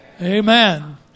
Amen